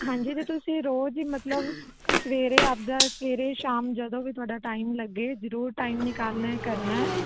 ਹਾਂਜੀ ਅਤੇ ਤੁਸੀਂ ਰੋਜ਼ ਮਤਲਬ ਸਵੇਰੇ ਆਪਦਾ ਸਵੇਰੇ ਸ਼ਾਮ ਜਦੋਂ ਵੀ ਤੁਹਾਡਾ ਟਾਈਮ ਲੱਗੇ ਜ਼ਰੂਰ ਟਾਈਮ ਨਿਕਾਲਣਾ ਏ ਕਰਨਾ ਹੈ